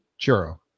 churro